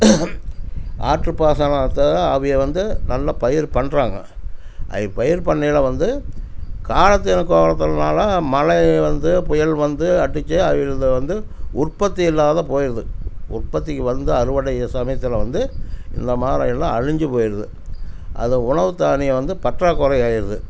ஆற்று பாசனத்தை அவக வந்து நல்லா பயிர் பண்ணுறாங்க அவங்க பயிர் பண்ணயில் வந்து காலத்தின் கோலத்தினால மழை வந்து புயல் வந்து அடித்து அவங்களுத வந்து உற்பத்தி இல்லாத போயிடுது உற்பத்திக்கு வந்து அறுவடை சமயத்தில் வந்து இந்த மாதிரி எல்லாம் அழிஞ்சு போயிடுது அதை உணவு தானியம் வந்து பற்றாக்குறையாகிருது